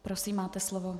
Prosím, máte slovo.